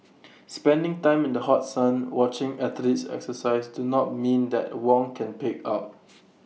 spending time in the hot sun watching athletes exercise do not mean that Wong can pig out